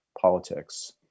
politics